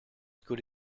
could